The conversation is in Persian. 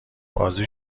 بازی